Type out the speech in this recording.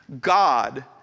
God